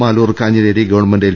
Maloor Kanjileri government L